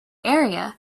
area